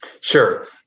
Sure